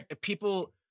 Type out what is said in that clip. People